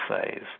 phase